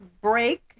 break